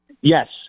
yes